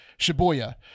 Shibuya